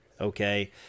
okay